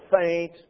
faint